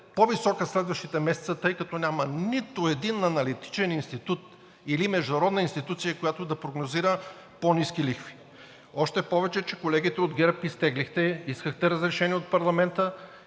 по-висока следващите месеци, тъй като няма нито един аналитичен институт или международна институция, която да прогнозира по-ниски лихви. Още повече че колегите от ГЕРБ изтеглихте, искахте разрешение от парламента